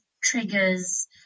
triggers